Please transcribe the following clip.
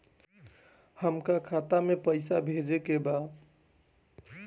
हमका खाता में पइसा भेजे के बा